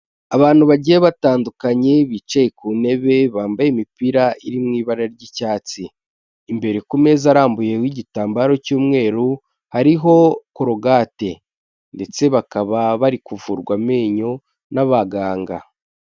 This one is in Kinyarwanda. Abantu bagiye batandukanye bicaye ku ntebe bambaye imipira iri mu ibara ry'icyatsi, imbere ku meza arambuyeho igitambaro cy'umweru hariho cologate ndetse bakaba bari kuvurwa amenyo n'abaganga.